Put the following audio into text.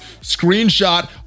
screenshot